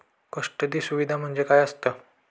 Custody सुविधा म्हणजे काय असतं?